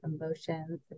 emotions